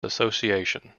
association